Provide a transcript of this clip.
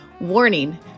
Warning